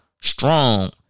strong